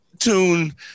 tune